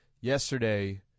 Yesterday